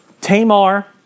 Tamar